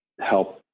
help